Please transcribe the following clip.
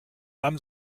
haben